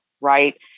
Right